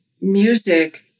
music